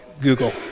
Google